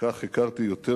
וכך הכרתי יותר